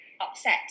upset